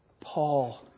Paul